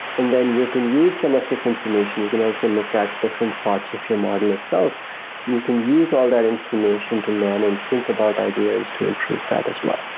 and then you can use some of this information. you can also look at different parts of your model itself and you can use all that information to learn and think about ideas to improve that as well.